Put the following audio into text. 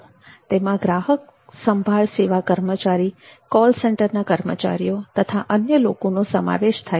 તેમાં ગ્રાહક સંભાળ સેવા કર્મચારી કોલ સેન્ટરના કર્મચારીઓ તથા અન્ય લોકોનો સમાવેશ થાય છે